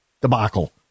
debacle